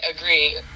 agree